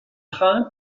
train